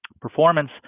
Performance